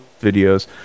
videos